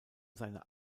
seine